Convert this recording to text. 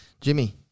Jimmy